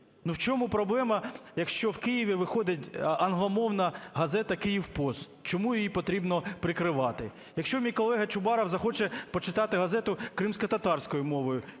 Ну в чому проблема, якщо в Києві виходить англомовна газета "Kуiv Post"? Чому її потрібно прикривати? Якщо мій колега Чубаров захоче почитати газету кримськотатарською мовою,